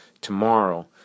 tomorrow